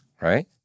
right